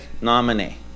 nominee